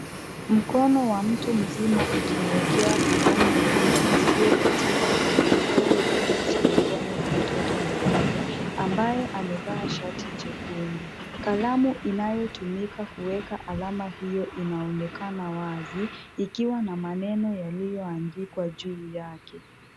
Mkono wa mtu mzima ukimwekea kalamu ya wino isiyofutika kwenye kidole gumba cha mkono wa mtoto mdogo, ambaye amevaa shati jekundu. Kalamu inayotumika kuweka alama hiyo inaonekana wazi, ikiwa na maneno yaliyoandikwa juu yake.